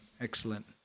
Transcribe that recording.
Excellent